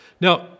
Now